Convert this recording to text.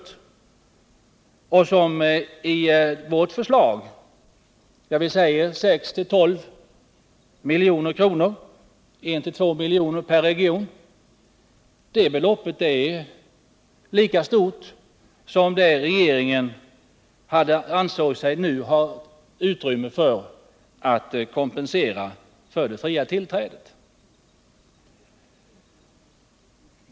Det belopp som skulle bli aktuellt enligt vårt förslag, dvs. 6-12 milj.kr., motsvarande 1-2 miljoner per region, är större än det som regeringen nu ansett sig ha utrymme för när det gäller att kompensera för det fria tillträdet.